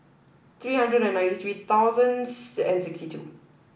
three hundred and ninety three thousands and sixty two